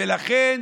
ולכן